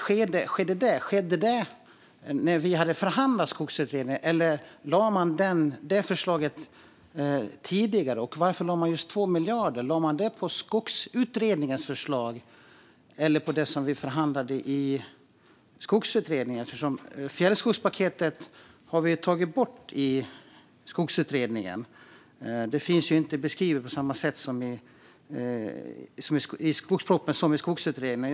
Skedde det när vi hade förhandlat i Skogsutredningen, eller lade man fram det förslaget tidigare? Varför lade man just 2 miljarder? Lade man det på Skogsutredningens förslag eller på det som vi förhandlade om i Skogsutredningen? Fjällskogspaketet har vi ju tagit bort i Skogsutredningen. Det finns inte beskrivet på samma sätt i skogspropositionen som i Skogsutredningen.